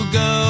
go